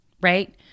Right